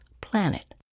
planet